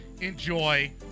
enjoy